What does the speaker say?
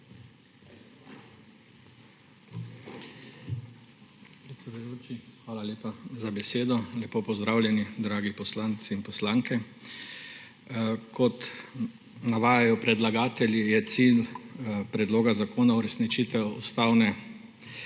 hvala lepa za besedo. Lepo pozdravljeni, dragi poslanci in poslanke! Kot navajajo predlagatelji, je cilj predloga zakona uresničitev odločbe